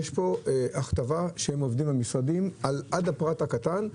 יש פה הכתבה שהם עובדי המשרדים עד לפרט הקטן.